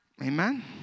Amen